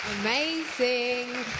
Amazing